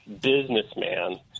businessman